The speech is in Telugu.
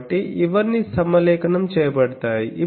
కాబట్టి ఇవన్నీ సమలేఖనం చేయబడతాయి